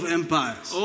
empires